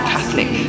Catholic